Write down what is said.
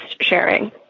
sharing